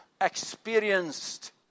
experienced